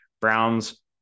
Browns